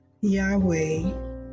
Yahweh